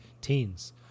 teens